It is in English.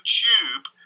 tube